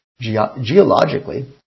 Geologically